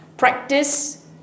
Practice